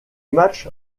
match